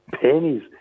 pennies